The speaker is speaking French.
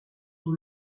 son